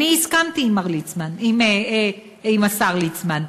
אני הסכמתי עם השר ליצמן,